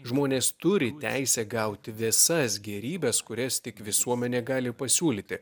žmonės turi teisę gauti visas gėrybes kurias tik visuomenė gali pasiūlyti